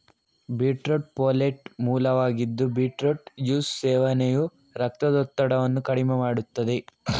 beetroot folate ಮೂಲವಾಗಿದ್ದು beetroot juice ಸೇವನೆಯು ರಕ್ತದೊತ್ತಡವನ್ನು ಕಡಿಮೆ ಮಾಡುತ್ತದೆ